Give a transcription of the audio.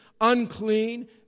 unclean